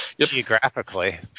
geographically